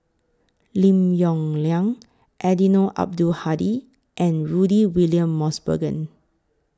Lim Yong Liang Eddino Abdul Hadi and Rudy William Mosbergen